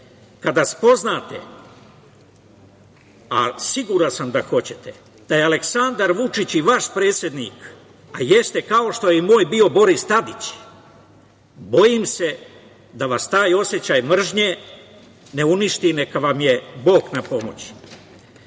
Kada spoznate, a siguran sam da hoćete, da je Aleksandar Vučić i vaš predsednik, a jeste, kao što je i moj bio Boris Tadić, bojim se da vas taj osećaj mržnje ne uništi i neka vam je Bog u pomoć. Da